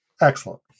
excellent